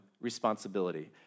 responsibility